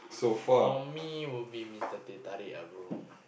for me would be Mister-Teh-Tarik ah bro